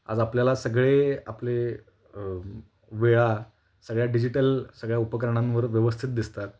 आज आपल्याला सगळे आपले वेळा सगळ्या डिजिटल सगळ्या उपकरणांवर व्यवस्थित दिसतात